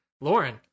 Lauren